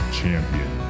champion